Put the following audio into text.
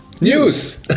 News